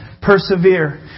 Persevere